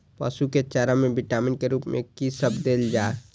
पशु के चारा में विटामिन के रूप में कि सब देल जा?